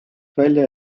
välja